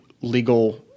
legal